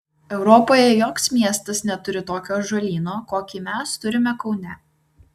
europoje joks miestas neturi tokio ąžuolyno kokį mes turime kaune